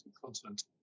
continent